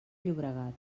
llobregat